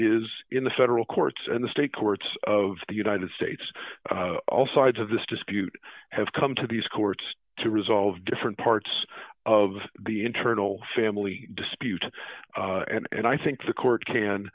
is in the federal courts and the state courts of the united states all sides of this dispute have come to these courts to resolve different parts of the internal family dispute and i think the court can